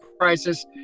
crisis